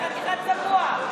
חתיכת צבוע.